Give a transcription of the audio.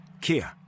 Kia